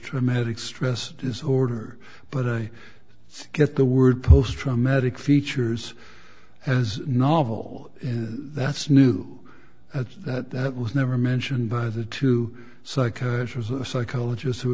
traumatic stress disorder but i get the word post traumatic features as novel and that's new at that that was never mentioned by the two psychiatrists psychologists who